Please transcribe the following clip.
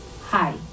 hi